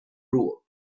rule